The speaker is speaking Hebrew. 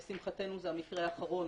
לשמחתנו, זה המקרה האחרון